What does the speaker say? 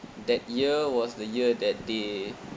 that year was the year that they